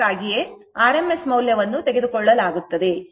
ಅದಕ್ಕಾಗಿಯೇ rms ಮೌಲ್ಯವನ್ನು ತೆಗೆದುಕೊಳ್ಳಲಾಗುತ್ತದೆ